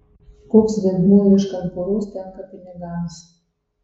koks vaidmuo ieškant poros tenka pinigams